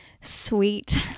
sweet